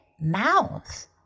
Mouth